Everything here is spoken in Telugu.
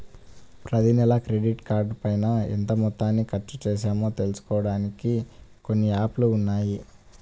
ప్రతినెలా క్రెడిట్ కార్డుపైన ఎంత మొత్తాన్ని ఖర్చుచేశామో తెలుసుకోడానికి కొన్ని యాప్ లు ఉన్నాయి